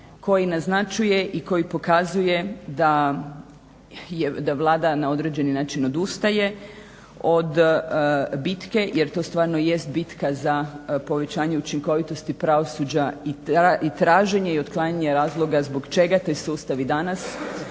Koji naznačuje i koji pokazuje da Vlada na određeni način odustaje od bitke jer to stvarno jest bitka za povećanje učinkovitosti pravosuđa i traženja i otklanjanja razloga zbog čega taj sustav i danas